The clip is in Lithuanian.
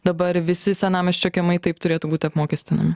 dabar visi senamiesčio kiemai taip turėtų būti apmokestinami